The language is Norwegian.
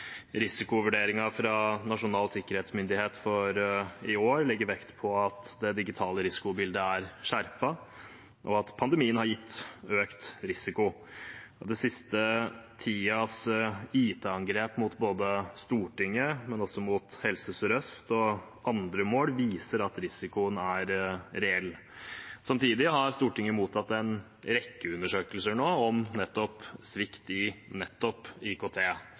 Risikovurderingen fra Nasjonal sikkerhetsmyndighet for i år legger vekt på at det digitale risikobildet er skjerpet, og at pandemien har gitt økt risiko. Den siste tidens IT-angrep mot Stortinget, men også mot Helse Sør-Øst og andre mål, viser at risikoen er reell. Samtidig har Stortinget mottatt en rekke undersøkelser om svikt i nettopp